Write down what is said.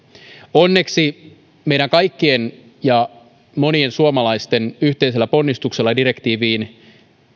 onneksi meidän kaikkien ja monien suomalaisten yhteisellä ponnistuksella direktiiviin